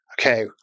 okay